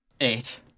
Eight